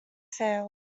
sales